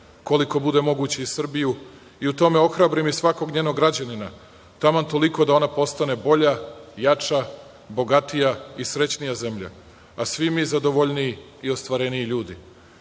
koliko bude moguće i Srbiju i u tome ohrabrim svakog njenog građanina taman toliko da ona postane bolja, jača, bogatija i srećnija zemlja, a svi mi zadovoljniji i ostvareniji ljudi. Posao